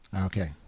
Okay